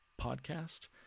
podcast